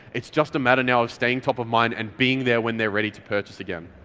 it's just a matter now of staying top of mind and being there when they're ready to purchase again.